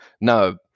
No